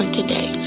today